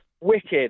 Wicked